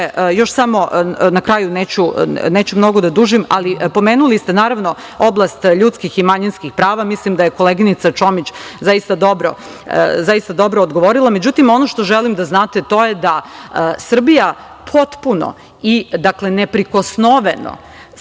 Srbije. Na kraju, neću mnogo da dužim, ali pomenuli ste oblast ljudskih i manjinskih prava. Mislim da je koleginica Čomić zaista dobro odgovorila, međutim, ono što želim da znate to je da Srbija potpuno i neprikosnoveno